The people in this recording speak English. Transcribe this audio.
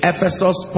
Ephesus